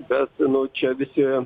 bet nu čia visi